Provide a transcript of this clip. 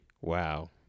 Wow